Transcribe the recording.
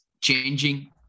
changing